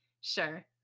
sure